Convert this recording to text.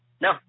No